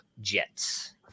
Jets